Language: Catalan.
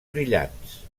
brillants